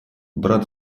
брат